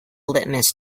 litmus